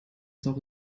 saure